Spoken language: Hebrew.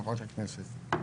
חברת הכנסת,